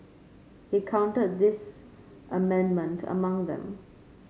he counted this amendment among them